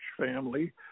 family